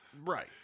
Right